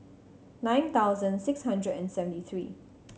nine thousand six hundred and seventy three